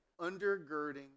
undergirding